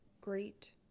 great